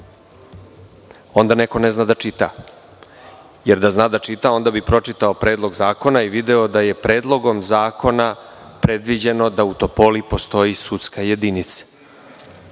Onda neko ne zna da čita. Jer, da zna da čita, onda bi pročitao Predlog zakona i video da je Predlogom zakona predviđeno da u Topoli postoji sudska jedinica.